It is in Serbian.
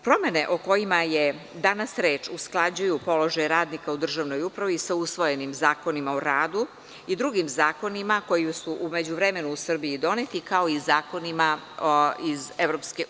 Promene o kojima je danas reč usklađuju položaj radnika u državnoj upravi sa usvojenim zakonima o radu i drugim zakonima koji su u međuvremenu u Srbiji doneti, kao i zakonima iz EU.